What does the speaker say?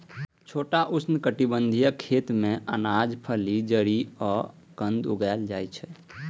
छोट उष्णकटिबंधीय खेत मे अनाज, फली, जड़ि आ कंद उगाएल जाइ छै